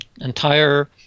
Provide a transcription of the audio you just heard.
entire